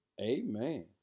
amen